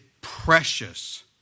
precious